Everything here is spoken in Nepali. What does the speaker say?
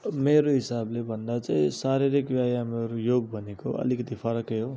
मेरो हिसाबले भन्दा चाहिँ शारीरिक व्यायामहरू र योग भनेको अलिकति फरक हो